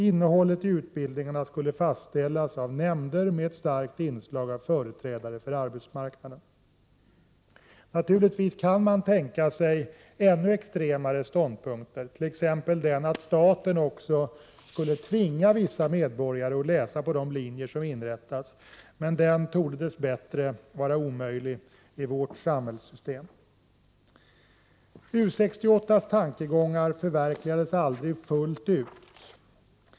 Innehållet i utbildningarna skulle fastställas av nämnder med ett starkt inslag av företrädare för arbetsmarknaden. Naturligtvis kan man tänka sig ännu extremare ståndpunkter, t.ex. att staten också skulle tvinga vissa medborgare att läsa på de linjer som inrättas, men torde dessbättre vara omöjlig i vårt samhällssystem. U 68:s tankegångar förverkligades aldrig fullt ut.